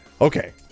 okay